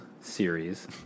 series